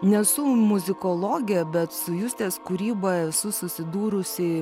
nesu muzikologė bet su justės kūryba esu susidūrusi